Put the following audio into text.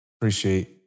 appreciate